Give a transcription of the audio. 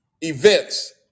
Events